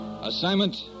Assignment